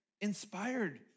inspired